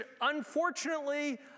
unfortunately